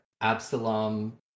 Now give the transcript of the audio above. Absalom